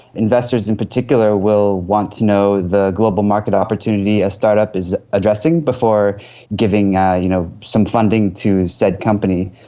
investors in particular will want to know the global market opportunity a start-up is addressing before giving ah you know some funding to said company.